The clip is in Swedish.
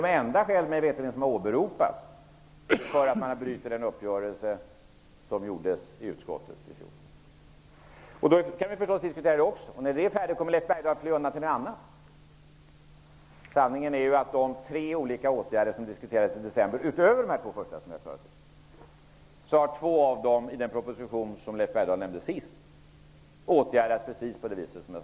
Mig veterligt är detta det enda skäl som man åberopar för att man bryter den uppgörelse som träffades i utskottet i fjol. Det kan vi förstås också diskutera, och när vi har gjort det, kommer Leif Bergdahl att fly undan till någonting annat. Sanningen är att av de tre olika åtgärder som diskuterades i december, förutom de två första som vi har klarat ut, kommer två att åtgärdas precis som det var sagt genom den proposition som Leif Bergdahl sist nämnde.